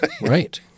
Right